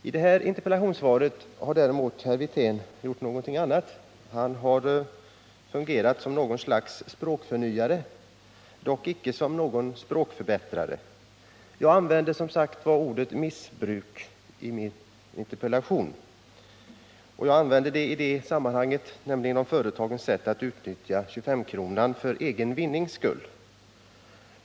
I det här interpellationssvaret uppträder herr Wirtén även som språkförnyare — men knappast som språkförbättrare. Jag använde som sagt ordet ”missbruk” i min interpellation. Jag använde Nr 35 det om företagens sätt att utnyttja 25-kronan för egen vinnings skull.